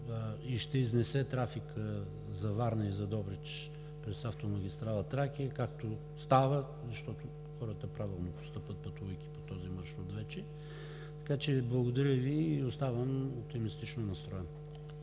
и ще изнесе трафика за Варна и Добрич през автомагистрала „Тракия“, както става, защото хората правилно постъпват, пътувайки по този маршрут вече. Благодаря Ви и оставам оптимистично настроен.